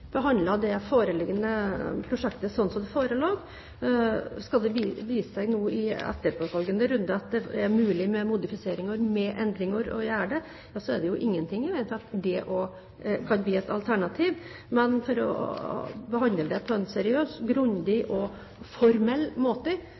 det foreliggende prosjektet slik som det forelå. Vil det i etterfølgende runde vise seg at det er mulig å gjøre modifiseringer, endringer, er det ingenting i veien for at det også kan bli et alternativ, men for å behandle dette på en seriøs, grundig